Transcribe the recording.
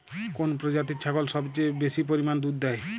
কোন প্রজাতির ছাগল সবচেয়ে বেশি পরিমাণ দুধ দেয়?